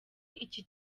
iki